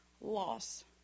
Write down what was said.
loss